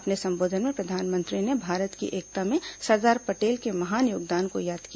अपने संबोधन में प्रधानमंत्री ने भारत की एकता में सरदार पटेल के महान योगदान को याद किया